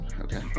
Okay